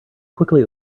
quickly